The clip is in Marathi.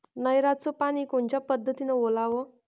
नयराचं पानी कोनच्या पद्धतीनं ओलाव?